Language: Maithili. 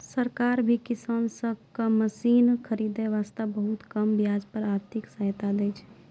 सरकार भी किसान सब कॅ मशीन खरीदै वास्तॅ बहुत कम ब्याज पर आर्थिक सहायता दै छै